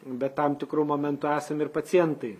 bet tam tikru momentu esam ir pacientai